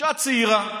אישה צעירה,